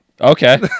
Okay